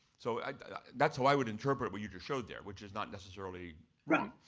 so that's how i would interpret what you just showed there, which is not necessarily wrong.